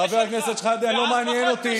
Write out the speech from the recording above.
חבר הכנסת שחאדה, לא מעניין אותי.